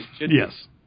Yes